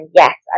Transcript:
yes